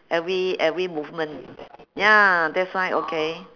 every every movement ya that's why okay